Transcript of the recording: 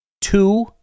two